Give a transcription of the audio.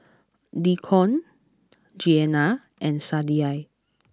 Deacon Jeana and Sadye